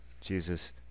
Jesus